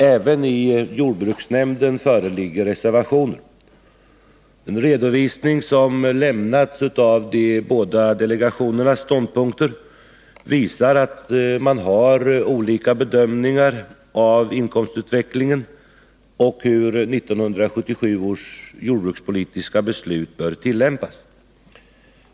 Även i jordbruksnämnden föreligger reservationer. En redovisning av de båda delegationernas ståndpunkter som har lämnats visar att man har olika bedömningar av inkomstutvecklingen och hur 1977 års jordbrukspolitiska beslut bör tillämpas.